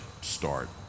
start